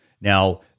Now